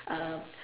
uh